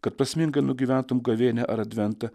kad prasmingai nugyventum gavėnią ar adventą